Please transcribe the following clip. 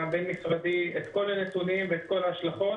הבין-משרדי את כל הנתונים ואת כל ההשלכות,